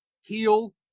heal